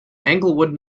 englewood